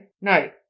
no